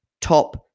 top